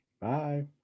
Bye